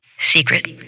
Secret